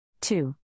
Two